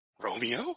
Romeo